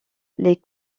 les